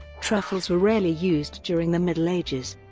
truffles were rarely used during the middle ages.